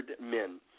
men